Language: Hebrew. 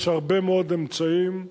יש הרבה מאוד אמצעים.